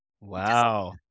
Wow